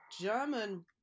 german